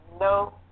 no